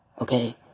okay